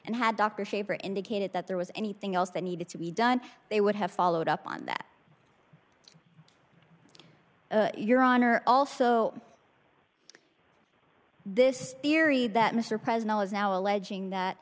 and had dr shaper indicated that there was anything else that needed to be done they would have followed up on that your honor also this theory that mr president is now alleging that